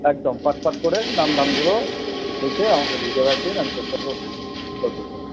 একদম টকটক করে নামধামগুলো লিখে আমাকে দিয়ে দাও একদিন আমি চেষ্টা করছি